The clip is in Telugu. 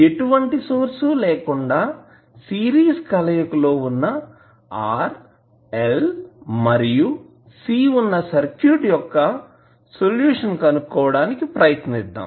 ఎటువంటి సోర్స్ లేకుండా సిరీస్ కలయిక లో వున్నా RL మరియు C వున్నా సర్క్యూట్ యొక్క సొల్యూషన్ కనుక్కోవడానికి ప్రయత్నిద్దాం